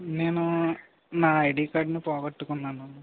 నేను నా ఐడి కార్డ్ను పోగొట్టుకున్నాను